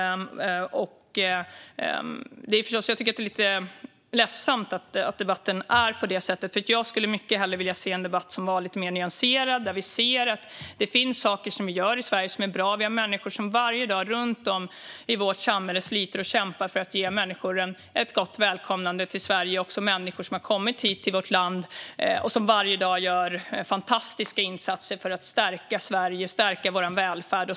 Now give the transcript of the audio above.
Jag tycker förstås att det är lite ledsamt att debatten ser ut på det sättet, för jag skulle mycket hellre se en debatt som var lite mer nyanserad och där vi såg att det finns saker vi gör i Sverige som är bra. Vi har människor runt om i vårt samhälle som varje dag sliter och kämpar för att ge människor ett gott välkomnande till Sverige. Vi ser också människor som har kommit hit till vårt land och varje dag gör fantastiska insatser för att stärka Sverige och vår välfärd.